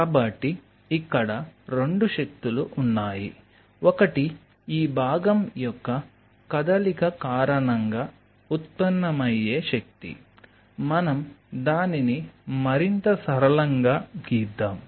కాబట్టి ఇక్కడ 2 శక్తులు ఉన్నాయి ఒకటి ఈ భాగం యొక్క కదలిక కారణంగా ఉత్పన్నమయ్యే శక్తి మనం దానిని మరింత సరళంగా గీద్దాం